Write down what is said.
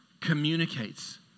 communicates